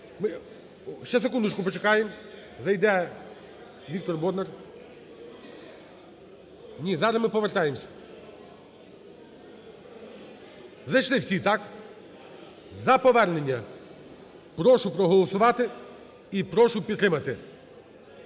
ще секундочку почекаємо, зайде Віктор Бондар. Ні, зараз ми повертаємося. Зайшли всі, так? За повернення. Прошу проголосувати і прошу підтримати.